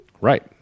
Right